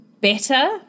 better